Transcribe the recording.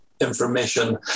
information